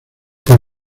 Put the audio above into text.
por